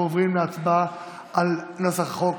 אנחנו עוברים להצבעה על נוסח החוק